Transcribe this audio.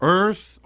earth